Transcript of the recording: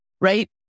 right